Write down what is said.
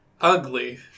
Ugly